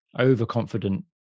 overconfident